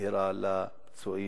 מהירה לפצועים,